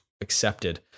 accepted